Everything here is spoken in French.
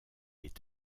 est